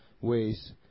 ways